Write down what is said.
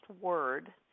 word